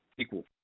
equal